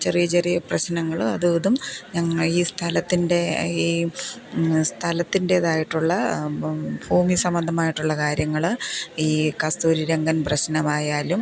ചെറിയ ചെറിയ പ്രശ്നങ്ങളും അതും ഇതും ഞങ്ങളുടെ ഈ സ്ഥലത്തിൻ്റെ ഈ സ്ഥലത്തിൻ്റെതായിട്ടുള്ള ഭൂമി സംബദ്ധമായിട്ടുള്ള കാര്യങ്ങൾ ഈ കസ്തൂരിരംഗൻ പ്രശ്നമായാലും